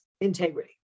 integrity